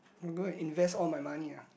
you go invest all money ah